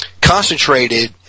Concentrated